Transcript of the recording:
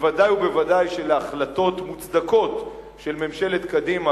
בוודאי ובוודאי שלהחלטות מוצדקות של ממשלת קדימה